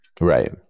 Right